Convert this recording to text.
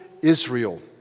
Israel